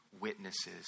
witnesses